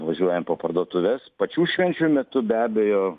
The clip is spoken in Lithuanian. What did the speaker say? važiuojam po parduotuves pačių švenčių metu be abejo